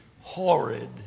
horrid